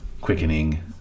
quickening